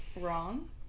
Wrong